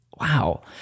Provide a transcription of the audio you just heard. wow